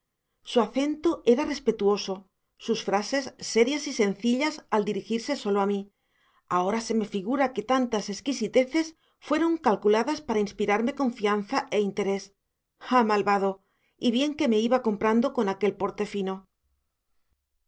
su acento era respetuoso sus frases serias y sencillas al dirigirse sólo a mí ahora se me figura que tantas exquisiteces fueron calculadas para inspirarme confianza e interés ah malvado y bien que me iba comprando con aquel porte fino